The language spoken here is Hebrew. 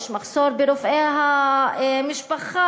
יש מחסור ברופאי משפחה,